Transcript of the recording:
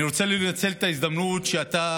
אני רוצה לנצל את ההזדמנות שאתה,